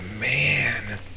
man